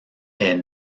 est